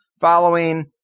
following